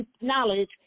knowledge